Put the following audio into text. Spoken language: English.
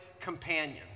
companion